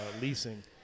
leasing